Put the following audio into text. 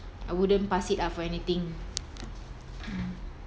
I wouldn't pass it up or anything mm